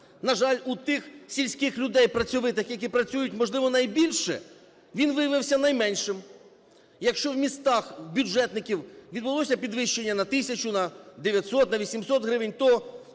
на жаль, у тих сільських людей працьовитих, які працюють, можливо, найбільше, він виявився найменшим. Якщо в містах у бюджетників відбулося підвищення на тисячу, на 900, на 800 гривень, то